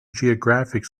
geographic